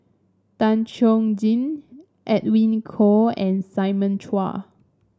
Tan Chuan Jin Edwin Koo and Simon Chua